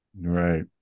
right